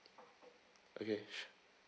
okay